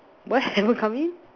why haven't come in